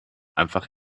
einfach